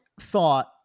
thought